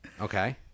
Okay